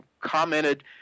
commented